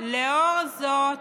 לאור זאת,